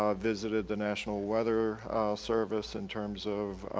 ah visited the national weather service in terms of